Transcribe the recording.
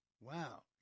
Wow